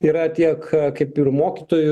yra tiek kaip ir mokytojų